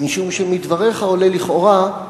משום שמדבריך עולה, לכאורה,